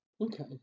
Okay